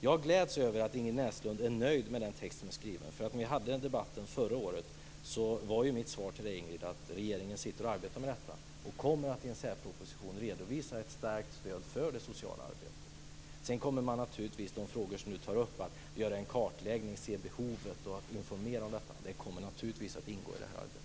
Jag gläds över att Ingrid Näslund är nöjd med den text som är skriven. När vi hade den här debatten förra året var mitt svar till Ingrid Näslund att regeringen arbetar med detta och kommer att i en särproposition redovisa ett stärkt stöd för det sociala arbetet. De frågor som Ingrid Näslund tar upp, att göra en kartläggning, se på behoven och informera, kommer naturligtvis att ingå i det arbetet.